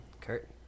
Kurt